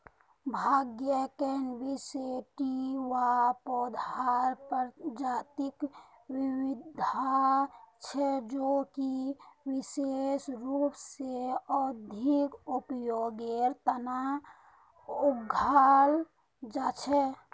भांग cannabis sativa पौधार प्रजातिक विविधता छे जो कि विशेष रूप स औद्योगिक उपयोगेर तना उगाल जा छे